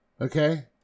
Okay